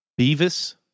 Beavis